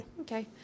Okay